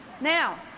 Now